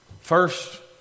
First